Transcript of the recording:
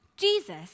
Jesus